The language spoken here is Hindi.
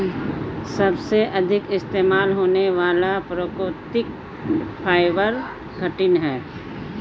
सबसे अधिक इस्तेमाल होने वाला प्राकृतिक फ़ाइबर कॉटन है